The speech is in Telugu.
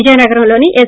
విజయనగరంలోని ఎస్